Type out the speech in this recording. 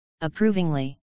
approvingly